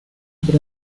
por